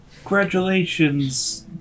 Congratulations